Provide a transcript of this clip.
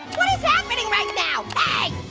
what is happening right now?